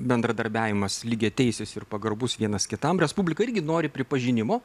bendradarbiavimas lygiateisis ir pagarbus vienas kitam respublika irgi nori pripažinimo